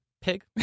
Pig